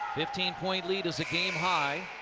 fifteen point lead is the game high.